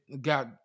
got